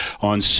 on